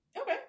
Okay